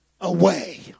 away